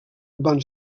van